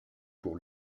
pour